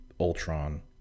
Ultron